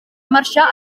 marxar